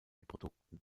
produkten